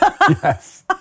Yes